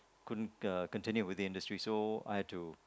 couldn't continued with the industry so I have to